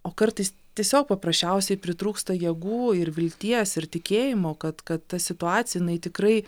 o kartais tiesiog paprasčiausiai pritrūksta jėgų ir vilties ir tikėjimo kad kad ta situacija jinai tikrai